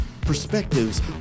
perspectives